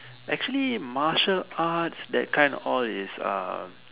actually material arts that kind all is ah